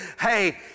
hey